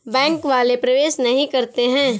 Bank वाले प्रवेश नहीं करते हैं?